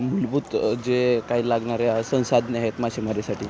मूलभूत जे काही लागणारे हा संसाधने आहेत मासेमारीसाठी